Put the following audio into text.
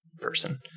person